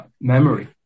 memory